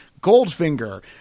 Goldfinger